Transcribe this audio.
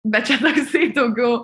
bet čia toksai daugiau